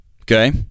okay